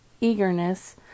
eagerness